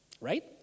right